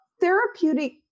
therapeutic